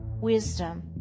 wisdom